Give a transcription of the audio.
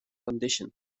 condition